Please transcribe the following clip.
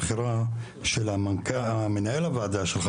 כעל הבעיה של מדינת ישראל אלא כאל העתיד של מדינת ישראל.